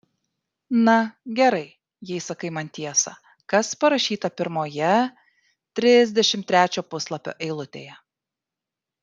na gerai jei sakai man tiesą kas parašyta pirmoje trisdešimt trečio puslapio eilutėje